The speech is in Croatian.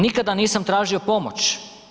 Nikada nisam tražio pomoć.